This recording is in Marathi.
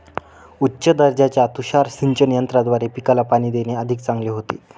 उच्च दर्जाच्या तुषार सिंचन यंत्राद्वारे पिकाला पाणी देणे अधिक चांगले होते